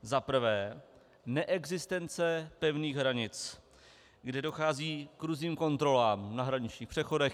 Za prvé, neexistence pevných hranic, kde dochází k různým kontrolám na hraničních přechodech.